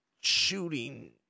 shooting